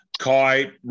Kai